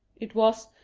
it was,